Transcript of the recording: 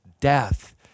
death